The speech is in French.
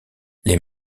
les